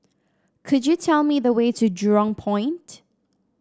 could you tell me the way to Jurong Point